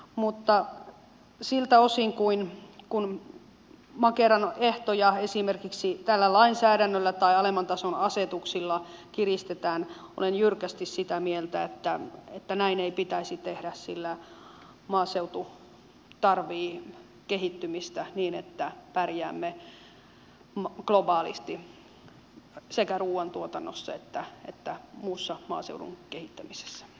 mutta siltä osin kuin makeran ehtoja esimerkiksi tällä lainsäädännöllä tai alemman tason asetuksilla kiristetään olen jyrkästi sitä mieltä että näin ei pitäisi tehdä sillä maaseutu tarvitsee kehittymistä niin että pärjäämme globaalisti sekä ruuantuotannossa että muussa maaseudun kehittämisessä